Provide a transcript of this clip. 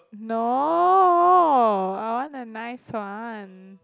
no I want a nice one